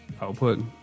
output